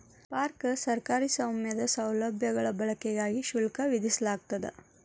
park ಸರ್ಕಾರಿ ಸ್ವಾಮ್ಯದ ಸೌಲಭ್ಯಗಳ ಬಳಕೆಗಾಗಿ ಶುಲ್ಕ ವಿಧಿಸಲಾಗ್ತದ